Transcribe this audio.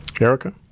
Erica